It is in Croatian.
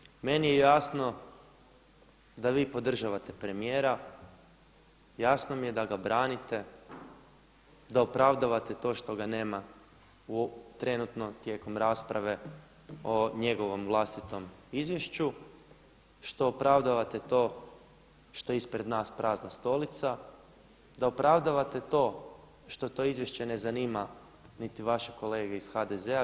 A gospođo zastupnice, meni je jasno da vi podržavate premijera, jasno mi je da ga branite, da opravdavate to što ga nema trenutno tijekom rasprave o njegovom vlastitom izvješću, što opravdavate to što je ispred nas prazna stolica, da opravdavate što to izvješće ne zanima niti vaše kolege iz HDZ-a.